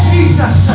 Jesus